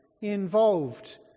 involved